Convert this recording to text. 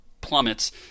plummets